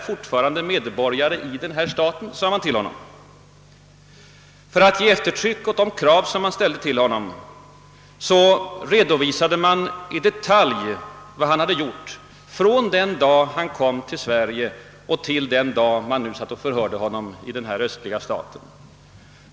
För att ge eftertryck åt de krav man ställde på honom redovisade man i detalj vad han hade gjort från den dag han kom till Sverige till den dag man nu satt och förhörde honom i denna östliga stat.